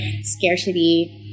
scarcity